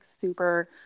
super